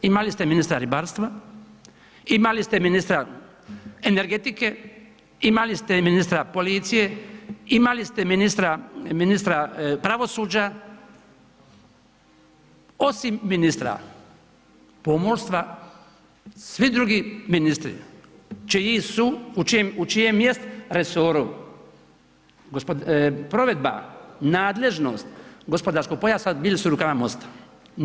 Imali ste ministra ribarstva, imali ste ministra energetike, imali ste i ministra policije, imali ste ministra pravosuđa, osim ministra pomorstva, svi drugi ministri, čiji su, u čijem jest resoru provedba, nadležnost gospodarskog pojasa, bili su u rukama MOST-a.